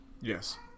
Yes